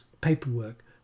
paperwork